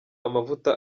amavuta